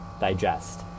digest